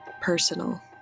personal